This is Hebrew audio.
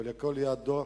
וכל ייעודו